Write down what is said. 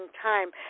Time